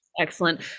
Excellent